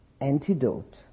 antidote